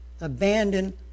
abandon